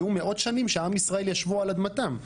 מאות שנים שעם ישראל ישבו על אדמתם.